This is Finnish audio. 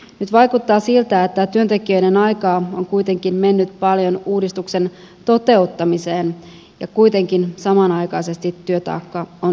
nyt vaikuttaa siltä että työntekijöiden aikaa on kuitenkin mennyt paljon uudistuksen toteuttamiseen ja kuitenkin samanaikaisesti työtaakka on lisääntynyt